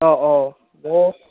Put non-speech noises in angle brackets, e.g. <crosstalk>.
অঁ অঁ <unintelligible>